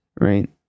Right